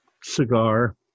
cigar